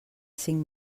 cinc